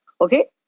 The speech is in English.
Okay